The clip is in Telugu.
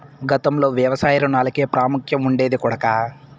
గతంలో వ్యవసాయ రుణాలకే ప్రాముఖ్యం ఉండేది కొడకా